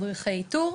מדריך האיתור,